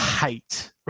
hate